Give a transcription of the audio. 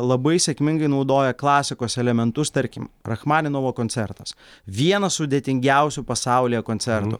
labai sėkmingai naudoja klasikos elementus tarkim rachmaninovo koncertas vienas sudėtingiausių pasaulyje koncertų